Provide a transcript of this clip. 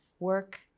work